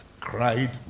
cried